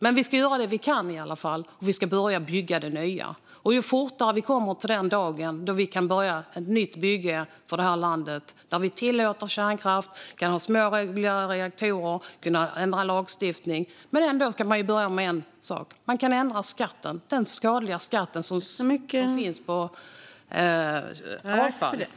Men vi ska i alla fall göra det vi kan, och vi ska börja bygga det nya - så fort vi kommer till den dagen då vi kan börja ett nytt bygge för det här landet, där vi tillåter kärnkraft, kan ha små reguljära reaktorer och kan ändra lagstiftningen. Men man kan ändå börja med en sak: man kan ändra den skadliga skatt som finns på avfall.